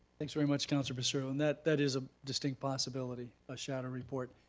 thanks very much councilor passero. and that that is a distinct possibility, a shadow report.